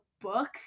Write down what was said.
book